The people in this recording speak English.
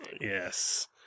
Yes